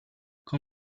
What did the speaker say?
con